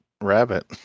rabbit